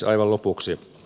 aivan lopuksi